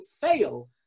fail